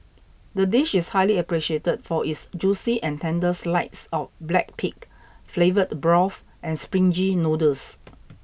the dish is highly appreciated for its juicy and tender slides of black pig flavourful broth and springy noodles